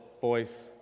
voice